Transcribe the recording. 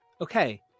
okay